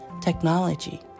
technology